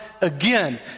again